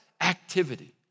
activity